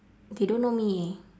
they don't know me